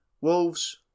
Wolves